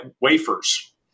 wafers